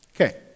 Okay